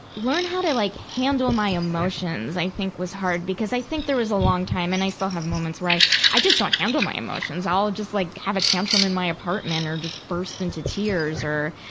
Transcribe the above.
learn how to like handle my emotions, i think was hard, because i think there was a long time and i still have moments where i, i just don't handle my emotions. i'll just like have a tantrum in my apartment or just burst into tears or,